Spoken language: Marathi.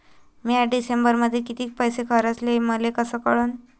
म्या डिसेंबरमध्ये कितीक पैसे खर्चले मले कस कळन?